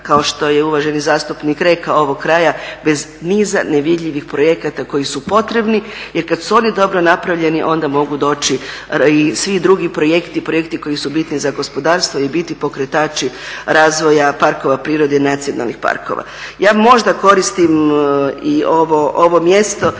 kao što je uvaženi zastupnik rekao ovog kraja bez niza nevidljivih projekata koji su potrebni, jer kad su oni dobro napravljeni onda mogu doći i svi drugi projekti i projekti koji su bitni za gospodarstvo i biti pokretači razvoja parkova prirode i nacionalnih parkova. Ja možda koristim i ovo mjesto